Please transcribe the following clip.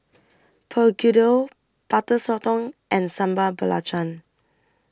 Begedil Butter Sotong and Sambal Belacan